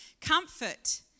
comfort